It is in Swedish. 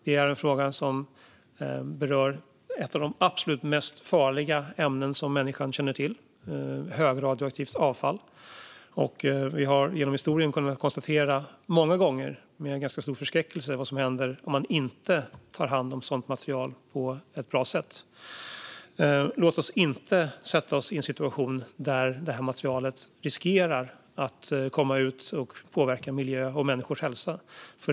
Det är en fråga som berör ett av de absolut mest farliga ämnen som människan känner till - högradioaktivt avfall. Vi har genom historien många gånger med ganska stor förskräckelse kunnat konstatera vad som händer om man inte tar hand om sådant material på ett bra sätt. Låt oss inte sätta oss i en situation där detta material riskerar att komma ut och påverka miljö och människors hälsa.